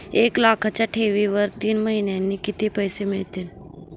एक लाखाच्या ठेवीवर तीन महिन्यांनी किती पैसे मिळतील?